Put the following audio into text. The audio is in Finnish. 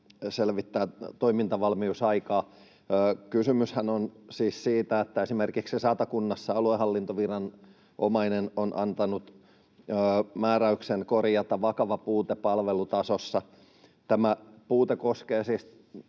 selvittää toimintavalmiusaikaa. Kysymyshän on siis siitä, että esimerkiksi Satakunnassa aluehallintoviranomainen on antanut määräyksen korjata vakava puute palvelutasossa. Tämä puute koskee siis